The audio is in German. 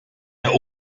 der